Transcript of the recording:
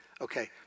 Okay